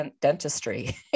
dentistry